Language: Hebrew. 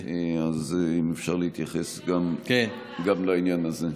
אז אם אפשר להתייחס גם לעניין הזה.